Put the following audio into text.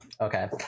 Okay